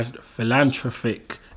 philanthropic